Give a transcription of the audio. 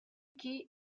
lucky